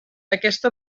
aquesta